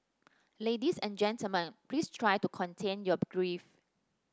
ladies and gentlemen please try to contain your grief